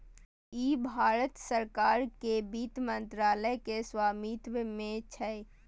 ई भारत सरकार के वित्त मंत्रालय के स्वामित्व मे छै